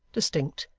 distinct,